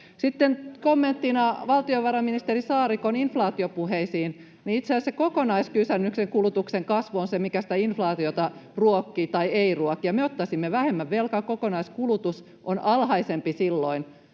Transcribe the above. Sitten kommenttina valtiovarainministeri Saarikon inflaatiopuheisiin: Itse asiassa kokonaiskysynnän ja kulutuksen kasvu on se, mikä sitä inflaatiota ruokkii tai ei ruoki, ja me ottaisimme vähemmän velkaa. Kokonaiskulutus on alhaisempi silloin